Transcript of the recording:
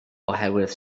oherwydd